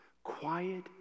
Quiet